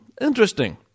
Interesting